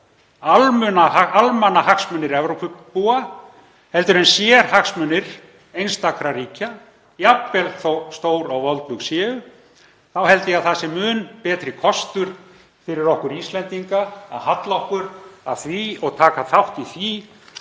almannahagsmunir Evrópubúa, en ekki sérhagsmunir einstakra ríkja, jafnvel þótt stór og voldug séu. Ég held að það sé mun betri kostur fyrir okkur Íslendinga að halla okkur að því og taka þátt í því